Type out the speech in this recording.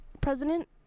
president